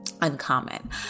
uncommon